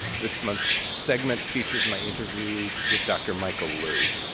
this month's segment features my interview with dr. michael lu.